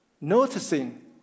noticing